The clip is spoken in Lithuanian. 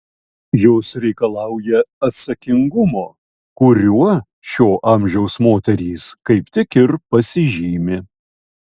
jos reikalauja atsakingumo kuriuo šio amžiaus moterys kaip tik ir pasižymi